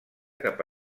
cap